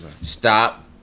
Stop